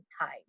time